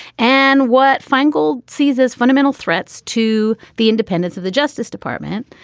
and what feingold sees as fundamental threats to the independence of the justice department.